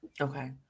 Okay